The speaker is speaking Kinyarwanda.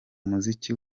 muziki